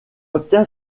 obtient